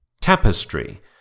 Tapestry